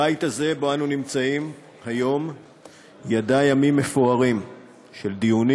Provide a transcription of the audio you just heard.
הבית הזה שבו אנו נמצאים היום ידע ימים מפוארים של דיונים